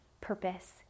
purpose